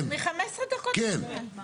כן, כן.